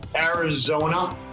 Arizona